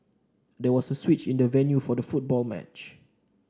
there was a switch in the venue for the football match